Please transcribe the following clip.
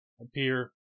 appear